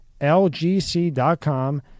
Lgc.com